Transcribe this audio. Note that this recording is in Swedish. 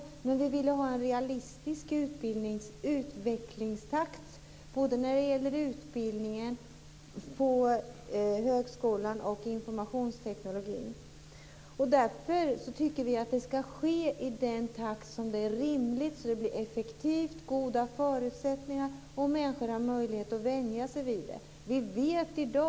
Det är bara det att vi vill ha en realistisk utvecklingstakt när det gäller både utbildningen på högskolan och informationstekniken. Därför tycker vi att det hela ska ske i rimlig takt så att det blir effektivt och blir goda förutsättningar och så att människor har möjlighet att vänja sig vid det här.